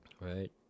Right